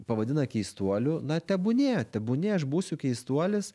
pavadina keistuoliu na tebūnie tebūnie aš būsiu keistuolis